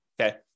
okay